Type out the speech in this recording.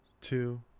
two